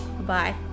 Bye